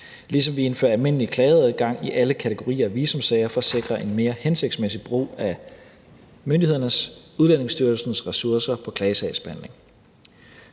Ligeledes indfører vi almindelig klageadgang i alle kategorier af visumsager for at sikre en mere hensigtsmæssig brug af myndighedernes, Udlændingestyrelsens, ressourcer på klagesagsbehandling.